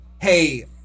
hey